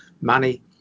money